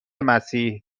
مسیح